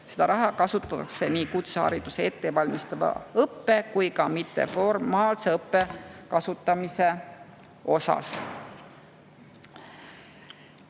Seda raha kasutatakse nii kutsehariduse ettevalmistava õppe kui ka mitteformaalse õppe läbiviimiseks.